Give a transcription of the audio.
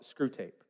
Screwtape